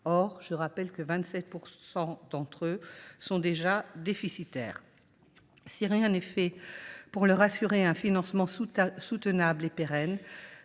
d’euros. Or 27 % d’entre eux sont déjà déficitaires. Si rien n’est fait pour leur assurer un financement soutenable et pérenne,